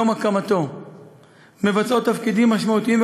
נשים משרתות בצה״ל מיום הקמתו ומבצעות תפקידים משמעותיים,